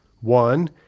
One